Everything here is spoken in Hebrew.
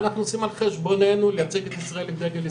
אנחנו נוסעים על חשבוננו לייצג את ישראל עם דגל ישראל.